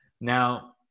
Now